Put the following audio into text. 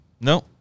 No